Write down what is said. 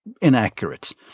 inaccurate